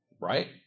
Right